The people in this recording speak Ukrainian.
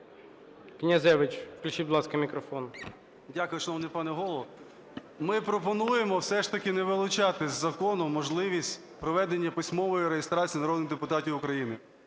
Князевич. Включіть, будь ласка, мікрофон. 13:56:22 КНЯЗЕВИЧ Р.П. Дякую, шановний пане Голово. Ми пропонуємо все ж таки не вилучати з закону можливість проведення письмової реєстрації народних депутатів України.